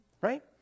right